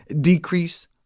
decrease